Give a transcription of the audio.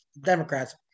Democrats